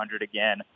again